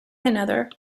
another